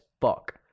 fuck